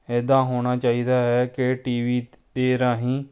ਇੱਦਾਂ ਹੋਣਾ ਚਾਹੀਦਾ ਹੈ ਕਿ ਟੀ ਵੀ ਦੇ ਰਾਹੀਂ